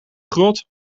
grot